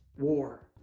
war